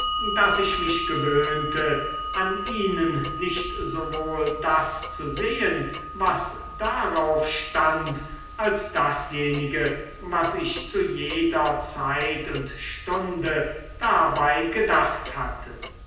daß ich mich gewöhnte an ihnen nicht sowohl das zu sehen was darauf stand als dasjenige was ich zu jeder zeit und stunde dabei gedacht hatte